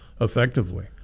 effectively